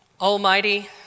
Almighty